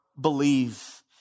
believe